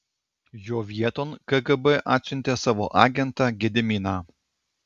jo vieton kgb atsiuntė savo agentą gediminą